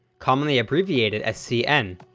commonly abbreviated as cn,